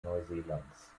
neuseelands